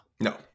No